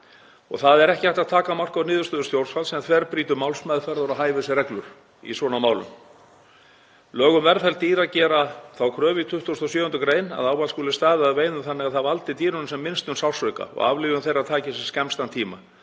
Það er ekki hægt að taka mark á niðurstöðum stjórnvalds sem þverbrýtur málsmeðferðar- og hæfisreglur í svona málum. Lög um velferð dýra gera þá kröfu í 27. gr. að ávallt skuli staðið að veiðum þannig að það valdi dýrunum sem minnstum sársauka og aflífun þeirra taki sem skemmstan tíma.